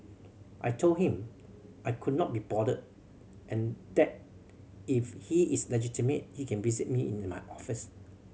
I told him I could not be bothered and that if he is legitimate he can visit me in my office